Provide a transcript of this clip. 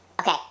Okay